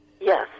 Yes